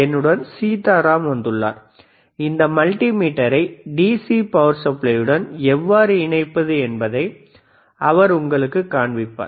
என்னுடன் சீதாராம் வந்துள்ளார் இந்த மல்டிமீட்டரை டிசி பவர் சப்ளை உடன் எவ்வாறு இணைப்பது என்பதை அவர் உங்களுக்குக் காண்பிப்பார்